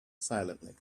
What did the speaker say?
silently